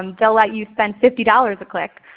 um they'll let you spend fifty dollars a click,